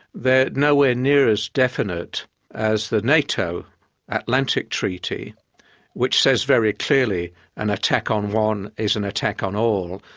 they're nowhere near as definite as the nato atlantic treaty which says very clearly an attack on one is an attack on all,